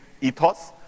ethos